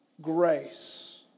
grace